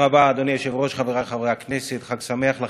אדוני היושב-ראש, חברי חברי הכנסת, חג שמח לכם.